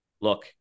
look